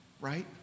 Right